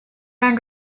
run